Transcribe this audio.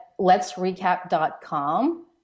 letsrecap.com